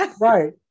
Right